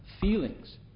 Feelings